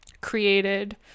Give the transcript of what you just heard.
created